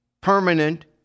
permanent